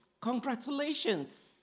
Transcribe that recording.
Congratulations